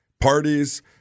parties